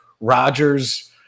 Rodgers